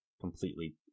completely